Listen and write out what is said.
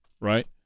right